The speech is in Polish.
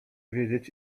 wiedzieć